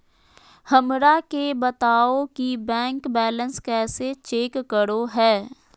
हमरा के बताओ कि बैंक बैलेंस कैसे चेक करो है?